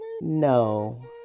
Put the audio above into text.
no